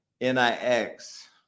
N-I-X